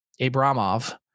Abramov